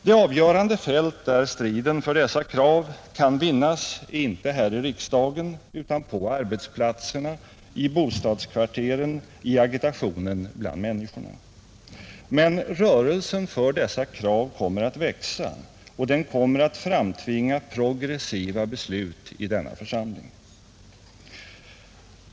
Det avgörande fältet där striden för dessa krav kan vinnas är inte här i riksdagen utan på arbetsplatserna, i bostadskvarteren, i agitationen bland människorna, Men rörelsen för dessa krav kommer att växa och den kommer att framtvinga progressiva beslut i denna församling.